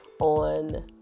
on